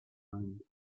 and